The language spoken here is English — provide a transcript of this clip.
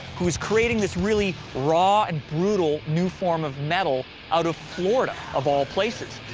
who was creating this really raw and brutal new form of metal out of florida, of all places.